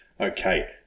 Okay